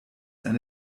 eine